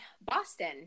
Boston